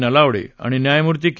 नलावडे आणि न्यायमूर्ती के